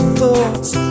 thoughts